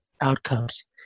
outcomes